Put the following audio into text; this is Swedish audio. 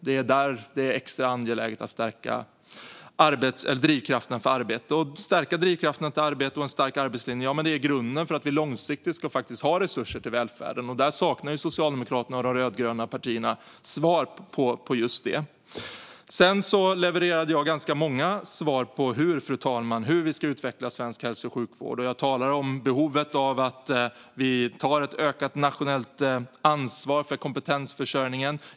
Det är där det är extra angeläget att stärka drivkrafterna för arbete. Att göra det, att ha en stark arbetslinje, är grunden för att vi långsiktigt ska ha resurser till välfärden. Där saknar Socialdemokraterna och de rödgröna partierna svar. Sedan levererade jag ganska många svar, fru talman, på hur vi ska utveckla svensk hälso och sjukvård. Jag talade om behovet av att ta ett ökat nationellt ansvar för kompetensförsörjningen.